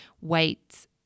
weights